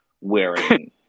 wearing